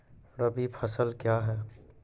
रबी फसल क्या हैं?